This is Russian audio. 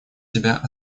себя